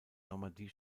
normandie